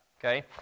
okay